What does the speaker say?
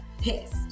pissed